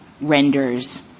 renders